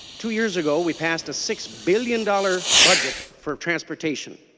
two years ago we passed a six billion dollars budget for transportation.